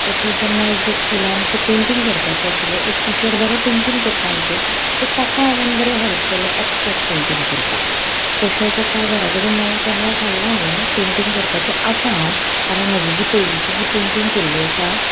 तशें जेन्ना एकदा स्कुलान अशें पेंटींग करपाचें आशिल्लें एक टिचर बरें पेंटींग करता आमचें सो ताका हांवें बरें हॅल्प केलें एबस्ट्रेक्ट पेंटींग करपाक तशेंच आतां घरा कडेन नवो कॅनवास हाडला हांवें पेंटींग करपाचें आसा हांव कारण म्हाजी जी पयलींची जी पेंटींग केल्ली आसा